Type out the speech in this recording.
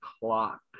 clock